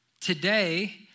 today